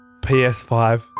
PS5